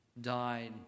died